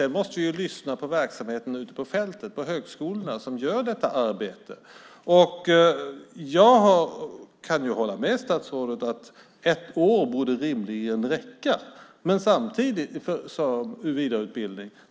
Sedan måste vi lyssna på verksamheten ute på fältet, på högskolorna, som gör detta arbete. Jag kan hålla med statsrådet om att ett år rimligen borde räcka för vidareutbildning.